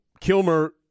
Kilmer